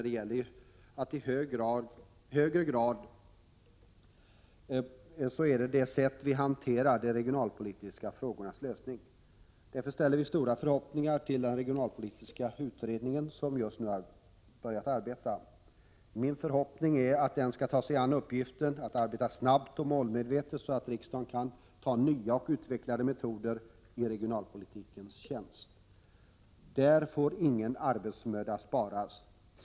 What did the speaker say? Det gäller i högre grad det sätt som vi hanterar de regionalpolitiska frågornas lösning på. Därför ställer vi stora förhoppningar till den regionalpolitiska utredning som just nu har börjat arbeta. Min förhoppning är att den skall arbeta snabbt och målmedvetet så att riksdagen snart kan ta nya och utvecklade metoder i regionalpolitikens tjänst. Där får ingen arbetsmöda sparas.